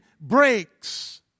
breaks